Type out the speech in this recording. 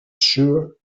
sure